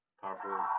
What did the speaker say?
Powerful